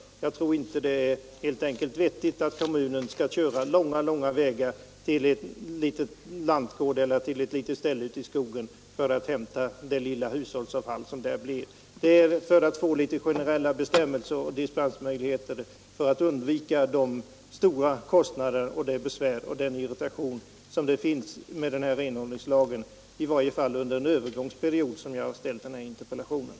Jag tycker helt enkelt inte att det är vettigt att kommunen skall köra långa vägar till en liten lantgård eller något annat hushåll ute i skogen för att hämta det lilla hushållsavfall som det där kan bli fråga om. Jag har alltså ställt denna interpellation för att, i varje fall under en övergångsperiod, få litet mer generella dispensmöjligheter och för att man skall undvika de stora kostnader, det besvär och den irritation som denna renhållningslag medför.